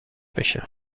میشه